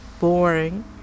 boring